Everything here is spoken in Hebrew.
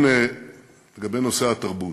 לגבי נושא התרבות.